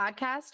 podcast